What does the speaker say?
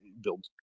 build